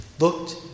Looked